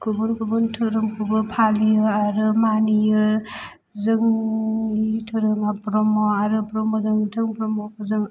गुबुन गुबुन धोरोमखौबो फालियो आरो मानियो जोंनि धोरोमा ब्रह्म आरो ब्रह्मजों बिथां ब्रह्मफोरजों